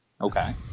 Okay